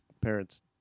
parents